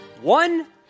One